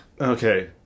Okay